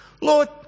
Lord